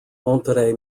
monterrey